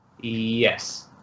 Yes